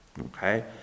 okay